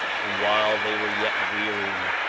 and while they were yet weary,